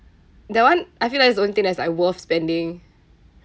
that one I feel like it's the only thing that's worth spending